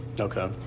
Okay